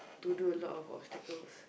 to do a lot of obstacles